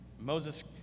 Moses